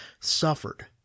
suffered